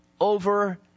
over